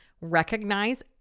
recognize